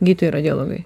gydytojai radiologai